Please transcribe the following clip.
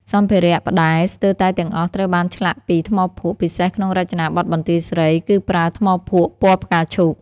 សម្ភារៈ ផ្តែរស្ទើរតែទាំងអស់ត្រូវបានឆ្លាក់ពី ថ្មភក់ ពិសេសក្នុងរចនាបថបន្ទាយស្រី គឺប្រើថ្មភក់ពណ៌ផ្កាឈូក។